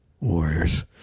Warriors